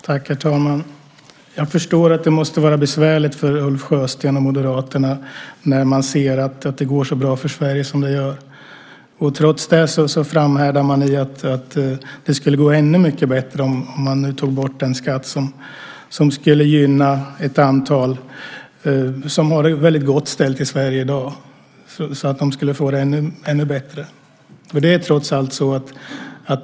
Herr talman! Jag förstår att det måste vara besvärligt för Ulf Sjösten och Moderaterna när de ser att det går så bra för Sverige som det gör. Trots det framhärdar de i att det skulle gå ännu bättre om förmögenhetsskatten togs bort. Det skulle gynna ett antal personer i Sverige, som i dag har det väldigt gott ställt, så att de skulle få det ännu bättre.